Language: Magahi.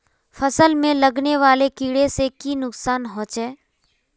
फसल में लगने वाले कीड़े से की नुकसान होचे?